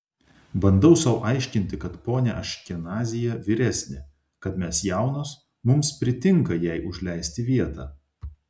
bandau sau aiškinti kad ponia aškenazyje vyresnė kad mes jaunos mums pritinka jai užleisti vietą